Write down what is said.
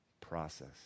process